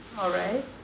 alright